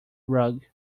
rug